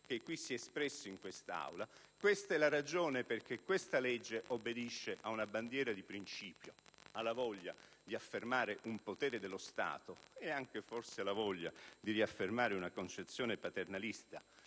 che si è espresso in quest'Aula. Questa è la ragione perché questa legge obbedisce ad una bandiera di principio, alla voglia di affermare un potere dello Stato ed anche, forse, alla voglia di riaffermare una concezione paternalista